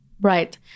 Right